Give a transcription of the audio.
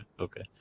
okay